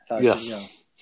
Yes